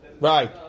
Right